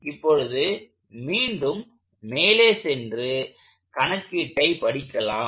இப்பொழுது மீண்டும் மேலே சென்று கணக்கீட்டை படிக்கலாம்